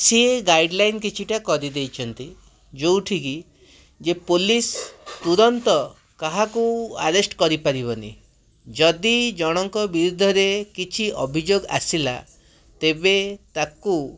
ସିଏ ଗାଇଡ଼୍ଲାଇନ୍ କିଛିଟା କରିଦେଇଛନ୍ତି ଯେଉଁଠିକି ଯେ ପୋଲିସ ତୁରନ୍ତ କାହାକୁ ଆରେଷ୍ଟ କରିପାରିବନି ଯଦି ଜଣଙ୍କ ବିରୁଦ୍ଧରେ କିଛି ଅଭିଯୋଗ ଆସିଲା ତେବେ ତାକୁ